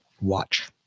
Watch